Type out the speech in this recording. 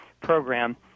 program